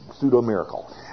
pseudo-miracle